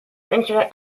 internet